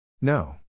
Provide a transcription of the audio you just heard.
No